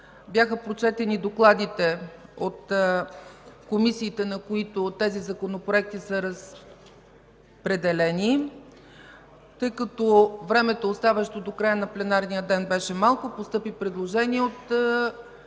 Бяха прочетени докладите от комисиите, на които законопроектите са разпределени. Тъй като времето, оставащо до края на пленарния ден, беше малко, мисля, че постъпи предложение от